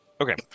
okay